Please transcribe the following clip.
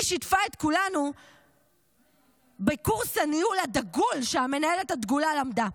היא שיתפה את כולנו בקורס הניהול הדגול שהמנהלת הדגולה למדה,